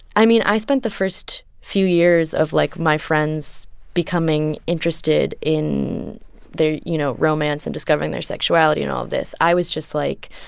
i mean, i spent the first few years of, like, my friends becoming interested in their you know, romance and discovering their sexuality and all this, i was just, like,